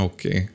Okay